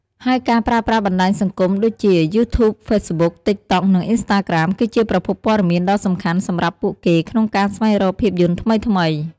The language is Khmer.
ហើយការប្រើប្រាស់បណ្ដាញសង្គមដូចជា យូធូប ហ្វេសប៊ុក តិកតុក និងអ៊ីនស្តារក្រាមគឺជាប្រភពព័ត៌មានដ៏សំខាន់សម្រាប់ពួកគេក្នុងការស្វែងរកភាពយន្តថ្មីៗ។